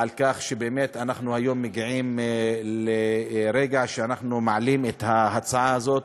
שאנחנו היום מגיעים לרגע שאנחנו מעלים את ההצעה הזאת